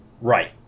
Right